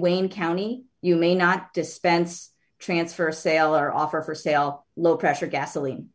wayne county you may not dispense transfer sale or offer for sale low pressure gasoline